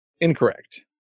Incorrect